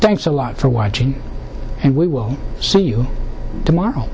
thanks a lot for watching and we will see you tomorrow